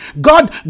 God